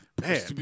man